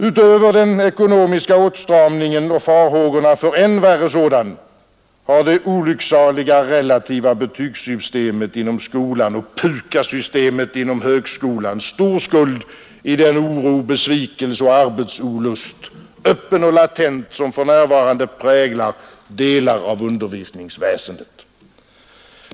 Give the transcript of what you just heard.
Utöver den ekonomiska åtstramningen och farhågorna för än värre sådana har det olycksaliga relativa betygssystemet inom skolan och PUKAS-systemet inom högskolan stor skuld i den oro, besvikelse och arbetsolust, öppen och latent, som för närvarande präglar delar av undervisningsväsendet.